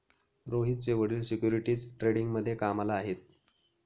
रोहितचे वडील सिक्युरिटीज ट्रेडिंगमध्ये कामाला आहेत